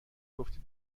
گفتی